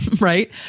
right